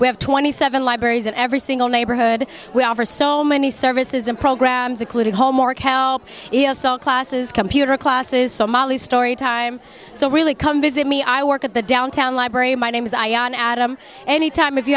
we have twenty seven libraries in every single neighborhood we offer so many services and programs including hallmark help e s l classes computer classes somalis story time so really come visit me i work at the downtown library my name is i on adam anytime if you